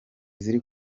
ziri